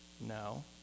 No